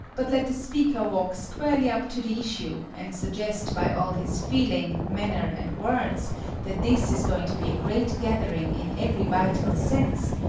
but let the speaker walk squarely up to the issue and suggest by all his feeling, manner and words that this is going to be a great gathering in every vital sense,